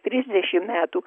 trisdešimt metų